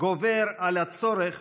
גובר על הצורך